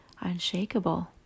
unshakable